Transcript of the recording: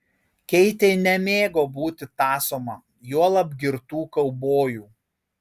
keitė nemėgo būti tąsoma juolab girtų kaubojų